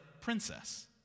princess